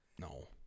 No